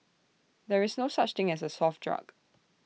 there is no such thing as A soft drug